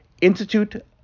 Institute